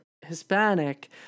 Hispanic